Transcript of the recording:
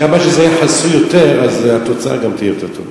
כמה שזה יהיה חסוי יותר אז התוצאה גם תהיה יותר טובה.